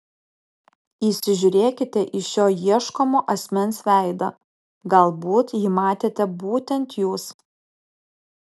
įsižiūrėkite į šio ieškomo asmens veidą galbūt jį matėte būtent jūs